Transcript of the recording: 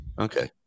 Okay